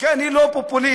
כי אני לא פופוליסט,